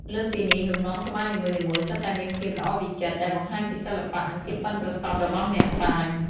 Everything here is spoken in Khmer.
លើសពីនេះ លំនាំត្បាញនីមួយៗសុទ្ធតែមានភាពល្អវិចិត្រ ដែលបង្ហាញពីសិល្បៈនិងភាពប៉ិនប្រសប់របស់អ្នកត្បាញ។